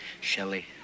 Shelley